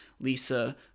Lisa